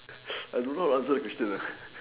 I don't know how to answer the question